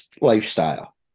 lifestyle